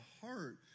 heart